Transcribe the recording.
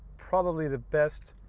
probably the best,